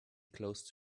close